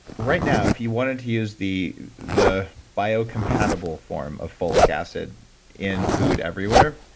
right now, if you wanted to use the the biocompatible form of folic acid in food everywhere,